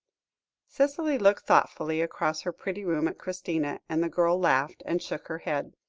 cicely looked thoughtfully across her pretty room at christina, and the girl laughed, and shook her head.